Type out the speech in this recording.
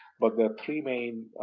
but the three main